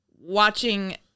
watching